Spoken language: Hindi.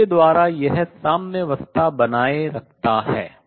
जिसके द्वारा यह साम्यावस्था बनाए रखता है